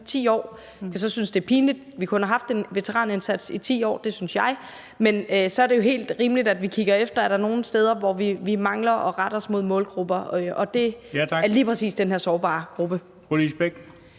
10 år, mens jeg så synes, det er pinligt, at vi kun har haft en veteranindsats i 10 år – er det jo helt rimeligt, at vi kigger efter, om der er nogle steder, hvor vi mangler at rette os mod bestemte målgrupper, og det drejer sig lige præcis om den her sårbare gruppe.